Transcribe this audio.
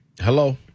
Hello